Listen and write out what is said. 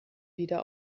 wieder